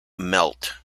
melt